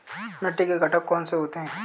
मिट्टी के घटक कौन से होते हैं?